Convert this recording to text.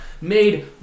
made